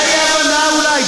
הייתה אי-הבנה אולי.